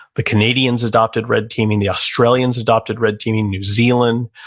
the canadians adopted red teaming, the australians adopted red teaming, new zealand,